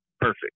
Perfect